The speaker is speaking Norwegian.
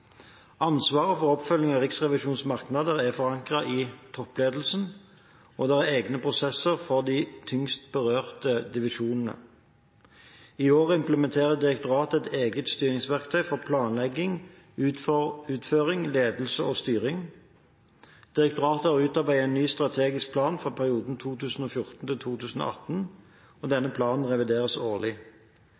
Ansvaret for oppfølging av Riksrevisjonens merknader er forankret i toppledelsen, og det er egne prosesser for de tyngst berørte divisjonene. I år implementerer direktoratet et eget styringsverktøy for planlegging, utføring, ledelse og styring. Direktoratet har utarbeidet en ny strategisk plan for perioden 2014–2018, og denne planen revideres årlig.